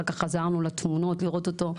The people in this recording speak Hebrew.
אחר כך חזרנו לתמונות לראות אותו,